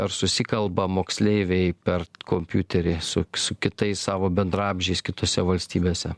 ar susikalba moksleiviai per kompiuterį su su kitais savo bendraamžiais kitose valstybėse